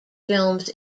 films